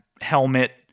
Helmet